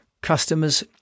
customers